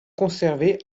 conservée